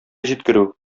җиткерү